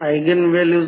काय 0